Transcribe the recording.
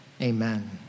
amen